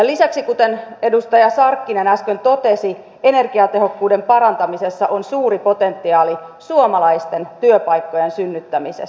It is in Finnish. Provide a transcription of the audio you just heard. lisäksi kuten edustaja sarkkinen äsken totesi energiatehokkuuden parantamisessa on suuri potentiaali suomalaisten työpaikkojen synnyttämiseksi